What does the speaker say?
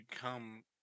come